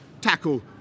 tackle